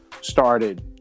started